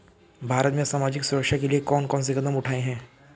भारत में सामाजिक सुरक्षा के लिए कौन कौन से कदम उठाये हैं?